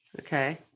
Okay